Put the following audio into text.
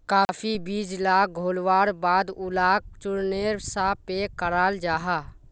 काफी बीज लाक घोल्वार बाद उलाक चुर्नेर सा पैक कराल जाहा